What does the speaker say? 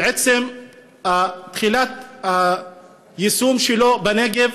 והתחלת היישום שלו בנגב,